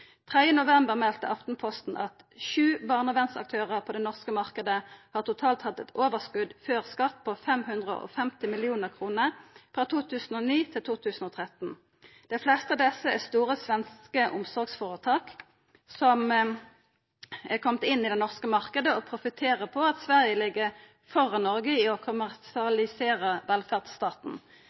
3. november melde Aftenposten at sju barnevernsaktørar på den norske marknaden totalt har hatt eit overskot før skatt på 550 mill. kr frå 2009 til 2013. Dei fleste av desse er store, svenske omsorgsføretak som er komne inn i den norske marknaden og profitterer på at Sverige ligg framfor Noreg i å kommersialisera velferdsstaten.